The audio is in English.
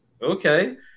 Okay